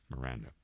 Miranda